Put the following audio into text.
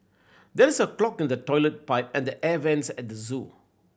there is a clog in the toilet pipe and the air vents at the zoo